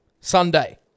Sunday